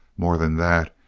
more than that,